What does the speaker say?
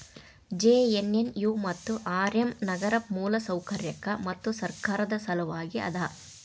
JNNU ಮತ್ತು R M ನಗರ ಮೂಲಸೌಕರ್ಯಕ್ಕ ಮತ್ತು ಸರ್ಕಾರದ್ ಸಲವಾಗಿ ಅದ